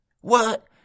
What